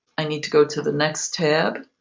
i need to go to the next tab,